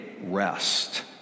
rest